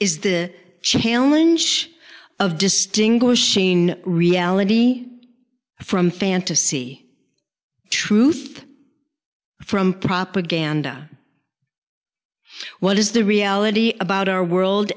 is the challenge of distinguishing reality from fantasy truth from propaganda what is the reality about our world